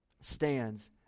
stands